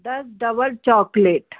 दस double chocolate